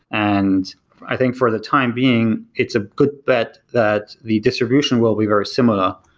and i think for the time being, it's a good bet that the distribution will be very similar,